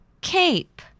Cape